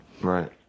right